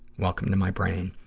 welcome to my brain.